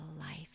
life